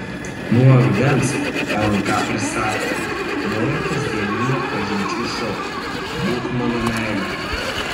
nuo rudens lnk pristato naują kasdieninį pažinčių šou būk mano meile